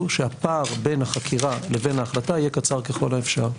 שהפער בין החקירה לבין ההחלטה יהיה קצר ככל האפשר.